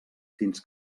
fins